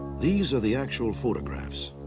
these are the actual photographs.